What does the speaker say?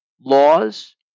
laws